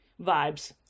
vibes